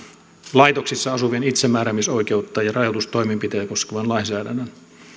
laitoksissa asuvien itsemääräämisoikeutta ja rajoitustoimenpiteitä koskevan lainsäädännön